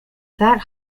that